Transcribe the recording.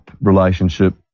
relationship